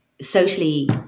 socially